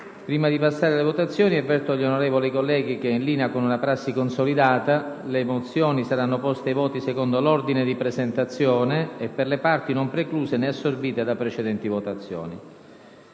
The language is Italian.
Prima di passare alle votazioni, avverto gli onorevoli colleghi che, in linea con una prassi consolidata, le mozioni saranno poste ai voti secondo l'ordine di presentazione e per le parti non precluse né assorbite da precedenti votazioni.